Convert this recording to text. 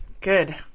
Good